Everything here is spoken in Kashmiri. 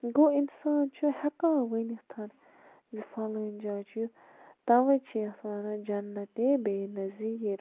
گوٚو اِنسان چھُ ہیٚکان ؤنِتھ زِ فَلٲنۍ جایہِ چھُ یُتھ تَؤے چھِ یَتھ وَنان جنتِ بے نظیٖر